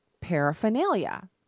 paraphernalia